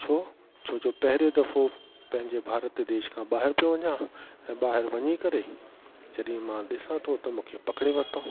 छो छोजो पहरियों दफ़ो पंहिंजे भारत देश खां ॿाहिरि पियो वञा ऐं ॿाहिरि वञी करे जॾहिं मां ॾिसां तो त मूंखे पकिड़े वरतऊं